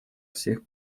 всех